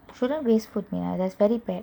shouldn't waste food that is very bad